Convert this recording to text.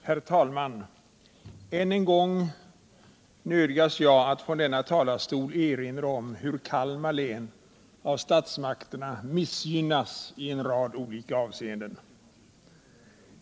Herr talman! Än en gång nödgas jag från denna talarstol erinra om hur Kalmar län av statsmakterna missgynnas i en rad olika avseenden.